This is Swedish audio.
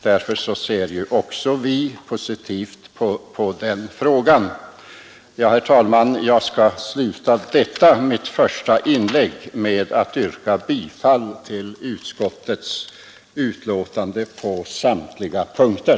Därför ser också vi positivt på möjligheterna till rörlig pensionsålder. Herr talman! Jag skall sluta detta mitt första inlägg med att yrka bifall till utskottets förslag på samtliga punkter.